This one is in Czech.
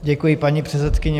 Děkuji, paní předsedkyně.